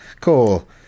cool